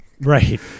Right